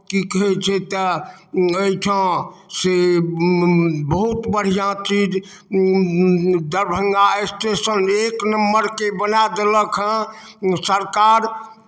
की कहैत छै तऽ एहिठाँसँ बहुत बढ़िआँ चीज दरभंगा स्टेशन एक नम्बरके बना देलक हेँ सरकार